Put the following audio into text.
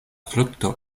frukto